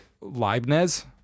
Leibniz